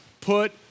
put